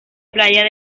playa